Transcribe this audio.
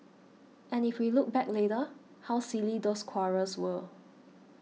and if we look back later how silly those quarrels were